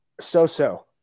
so-so